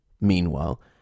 meanwhile